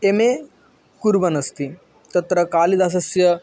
M A कुर्वन्नस्ति तत्र कालिदासस्य